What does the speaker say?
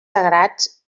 sagrats